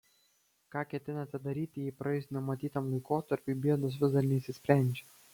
ką ketinate daryti jei praėjus numatytam laikotarpiui bėdos vis dar neišsisprendžia